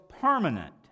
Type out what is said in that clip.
permanent